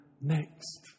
next